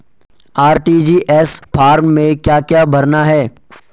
RTGS form में क्या क्या भरना है?